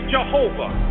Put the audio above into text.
Jehovah